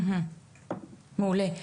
מעולה.